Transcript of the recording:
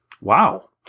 Wow